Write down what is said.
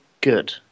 good